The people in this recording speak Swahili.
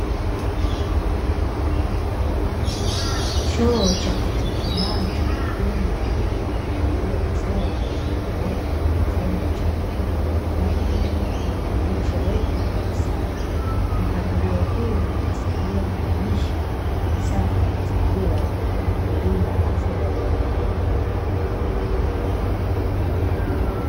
Choo cha kuchumaa kimejengwa kwa mpangilio mzuri na kando yake kukiwa na chombo cha kutupia uchafu kilichowekwa kwa usafi. mpangilio huu unasaidia kudumisha usafi wa mazingira na kulinda afya ya jamii.